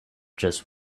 just